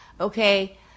okay